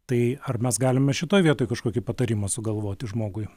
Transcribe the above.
tai ar mes galime šitoj vietoj kažkokį patarimą sugalvoti žmogui